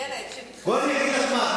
ילד שמתחצף, בואי אני אגיד לך.